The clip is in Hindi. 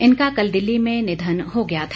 इनका कल दिल्ली में निधन हो गया था